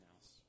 else